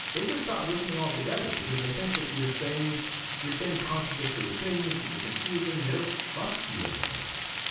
they just stop listening altogether because they think that you're saying you're saying contradictory things that you're confusing they don't trust you anymore.